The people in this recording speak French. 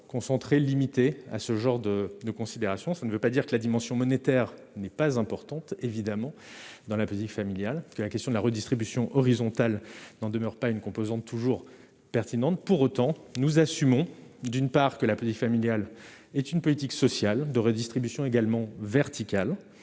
concentrées limitées à ce genre de de considérations, ça ne veut pas dire que la dimension monétaire n'est pas importante évidemment dans la politique familiale, la question de la redistribution horizontale dans demeure pas une composante toujours pertinentes pour autant nous assumons d'une part que la petite familiale est une politique sociale de redistribution également verticale